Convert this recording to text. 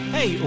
Hey